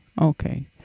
Okay